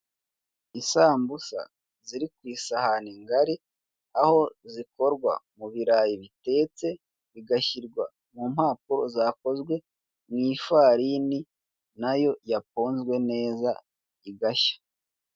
Isambusa ziri kw'isahani ngari aho zikorwa mu birayi bitetse bigashyirwa mu mpapuro zakozwe mw'ifarini nayo yaponzwe neza igashya.